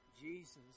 Jesus